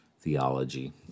theology